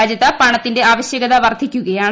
രാജ്യത്ത് പണത്തിന്റെ ആവശൃകത വർദ്ധിക്കുകയാണ്